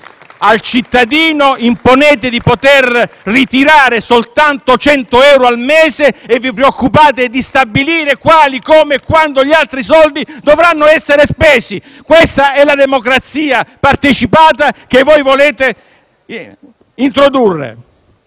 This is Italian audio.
al cittadino di ritirare soltanto 100 euro al mese e vi preoccupate di stabilire come, quando e quali altri soldi dovranno essere spesi: questa è la democrazia partecipata che volete introdurre.